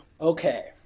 Okay